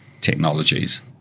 technologies